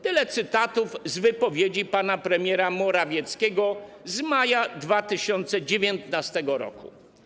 Tyle cytatów z wypowiedzi pana premiera Morawieckiego z maja 2019 r.